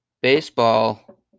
Baseball